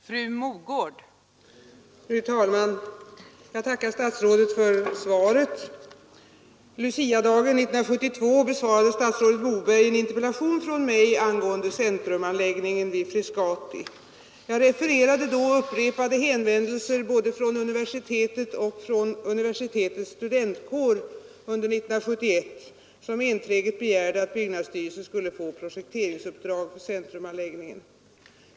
Fru talman! Jag tackar statsrådet för svaret. Luciadagen 1972 besvarade statsrådet Moberg en interpellation av mig angående centrumbyggnaderna vid Frescati. Jag refererade då upprepade hänvändelser både från Stockholms universitet och från universitetets studentkår under 1971, i vilka enträget hade begärts att byggnadsstyrelsen skulle få projekteringsuppdrag för centrumanläggningen.